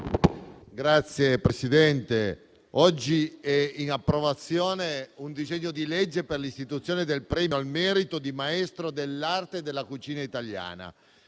Signor Presidente, oggi è in approvazione un disegno di legge per l'istituzione del premio al merito di Maestro dell'arte della cucina italiana,